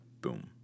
Boom